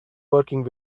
working